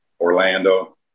Orlando